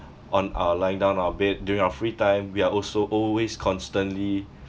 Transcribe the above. on our lying down our bed during our free time we are also always constantly